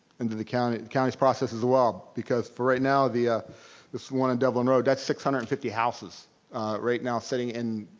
and and county's county's process as well. because for right now, ah this one on devlin road, that's six hundred and fifty houses right now sitting in.